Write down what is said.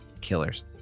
killers